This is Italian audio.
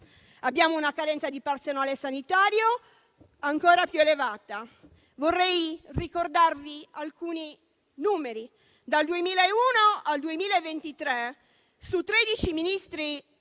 unità e una carenza di personale sanitario ancora più elevata. Vorrei ricordarvi alcuni numeri: dal 2001 al 2023 su 13 Ministri